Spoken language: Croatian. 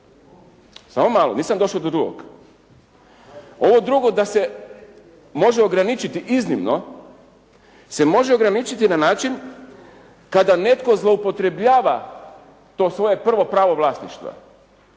Samo malo, nisam došao do drugog. Ovo drugo da se može ograničiti iznimno se može ograničiti na način kada netko zloupotrjebljava to svoje prvo pravo vlasništva.